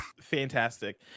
fantastic